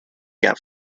gut